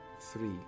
Three